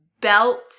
belt